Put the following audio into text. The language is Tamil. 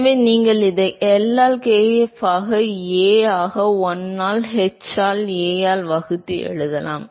எனவே நீங்கள் அதை L ஆல் kf ஆக A ஆக 1 ஆல் h ஆல் A ஆக வகுத்து எழுதலாம்